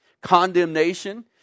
Condemnation